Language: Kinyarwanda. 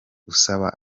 usaba